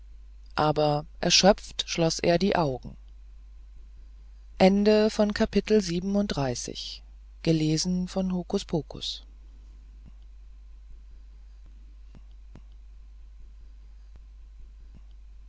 aber erschöpft schloß er die augen